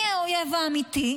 מי האויב האמיתי,